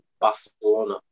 Barcelona